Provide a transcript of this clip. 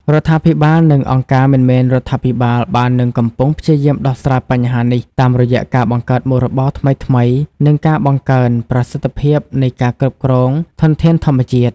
រដ្ឋាភិបាលនិងអង្គការមិនមែនរដ្ឋាភិបាលបាននិងកំពុងព្យាយាមដោះស្រាយបញ្ហានេះតាមរយៈការបង្កើតមុខរបរថ្មីៗ និងការបង្កើនប្រសិទ្ធភាពនៃការគ្រប់គ្រងធនធានធម្មជាតិ។